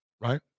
right